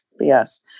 Yes